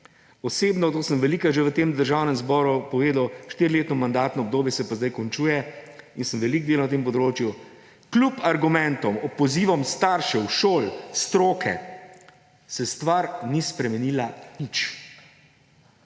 Osebno to sem že velikokrat v tem državnem zboru povedal, štiriletno mandatno obdobje se pa zdaj končuje, in sem veliko delal na tem področju, kljub argumentom, pozivom staršev, šol, stroke se stvar ni spremenila nič.